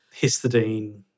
histidine